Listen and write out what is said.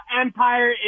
empire